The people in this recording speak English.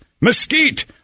Mesquite